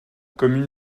commune